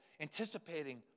anticipating